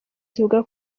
zivuga